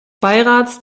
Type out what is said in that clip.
beirats